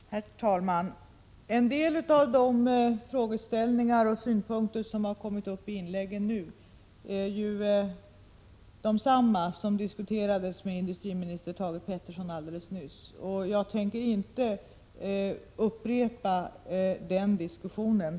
Herr talman! En del av de frågeställningar och synpunkter som har kommit upp i inläggen nu är desamma som diskuterades med industriminister Thage Peterson alldeles nyss. Jag tänker inte upprepa den diskussionen.